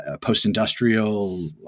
post-industrial